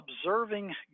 observing